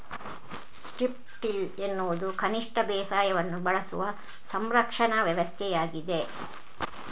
strip till ಎನ್ನುವುದು ಕನಿಷ್ಟ ಬೇಸಾಯವನ್ನು ಬಳಸುವ ಸಂರಕ್ಷಣಾ ವ್ಯವಸ್ಥೆಯಾಗಿದೆ